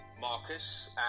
Marcus